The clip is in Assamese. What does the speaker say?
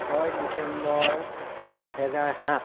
ছয় ডিচেম্বৰ দুহেজাৰ সাত